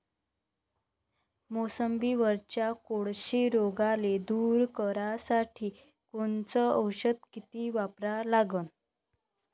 मोसंबीवरच्या कोळशी रोगाले दूर करासाठी कोनचं औषध किती वापरा लागन?